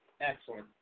Excellent